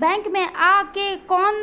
bank मे आ के कौन